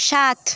সাত